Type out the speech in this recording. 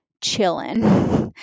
chilling